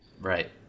Right